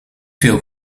veel